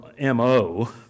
MO